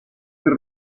per